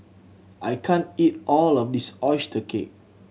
I can't eat all of this oyster cake